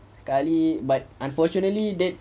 sekali but unfortunately that